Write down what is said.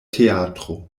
teatro